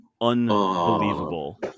unbelievable